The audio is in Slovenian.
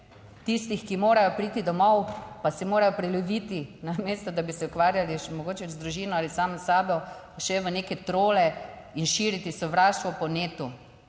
tistih, ki morajo priti domov, pa se morajo preleviti namesto, da bi se ukvarjali še mogoče z družino ali sami s sabo še v neke trole in širiti sovraštvo po netu